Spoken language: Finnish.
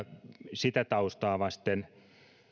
sitä taustaa vasten